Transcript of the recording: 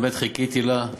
אני באמת חיכיתי לה.